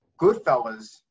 Goodfellas